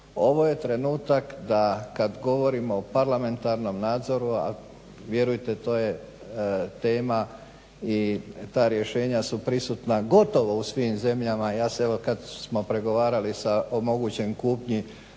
Ovo je trenutak da kad govorimo o parlamentarnom nadzoru, a vjerujte to je tema i ta rješenja su prisutna gotovo u svim zemljama, ja sam evo kad smo pregovarali o mogućoj kupnji